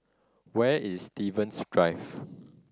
where is Stevens Drive